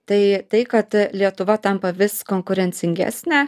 tai tai kad lietuva tampa vis konkurencingesnė